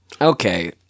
Okay